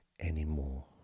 anymore